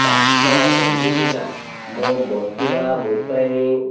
ଚାଷଜମି ବିନା ମୁଁ ବଞ୍ଚିବା ମୋ ପାଇଁ